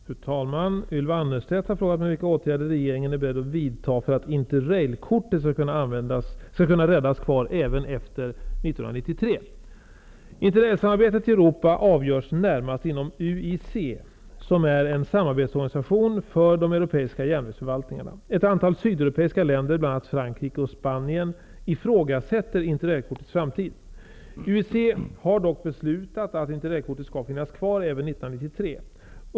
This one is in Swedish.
Fru talman! Ylva Annerstedt har frågat mig vilka åtgärder regeringen är beredd att vidta för att interrailkortet skall kunna räddas kvar även efter Interrailsamarbetet i Europa avgörs närmast inom UIC, som är en samarbetsorganisation för de europeiska järnvägsförvaltningarna. Ett antal sydeuropeiska länder, bl.a. Frankrike och Spanien, ifrågasätter interrailkortets framtid. UIC har dock beslutat att interrailkortet skall finnas kvar även 1993.